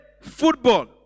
football